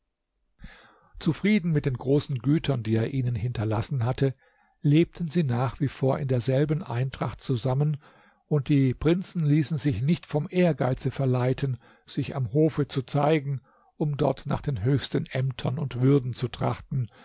zufrieden mit den großen gütern die er ihnen hinterlassen hatte lebten sie nach wie vor in derselben eintracht beisammen und die prinzen ließen sich nicht vom ehrgeize verleiten sich am hofe zu zeigen um dort nach den höchsten ämtern und würden zu trachten